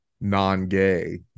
non-gay